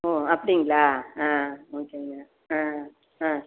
ஓ அப்படிங்களா ஆ ஓகேங்க ஆ ஆ